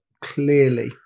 clearly